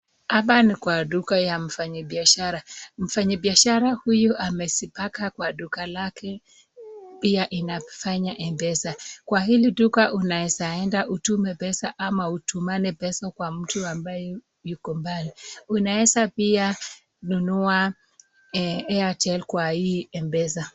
Hapa ni kwa duka ya mfanyibiashara. Mfanyibiashara huyu amezipaka kwa duka lake, pia inafanya M-PESA. Kwa hili duka unaeza enda utume pesa ama utumane pesa kwa mtu ambaye yuko mbali. Unaeza pia nunua Airtel kwa hii M-PESA.